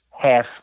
half